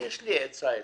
יש לי עצה אליך,